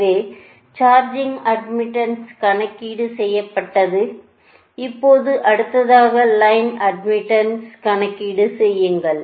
எனவேசார்ஜிங் அட்மிட்டன்ஸ்கணக்கீடு செய்யப்பட்டது இப்போது அடுத்ததாக லைன் அட்மிட்டன்ஸ் கணக்கீடு செய்யுங்கள்